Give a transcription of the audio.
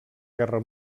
guerra